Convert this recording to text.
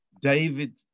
David